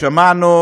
שמענו